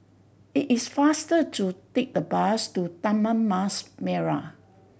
it is faster to take the bus to Taman Mas Merah